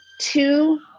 two